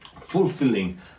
Fulfilling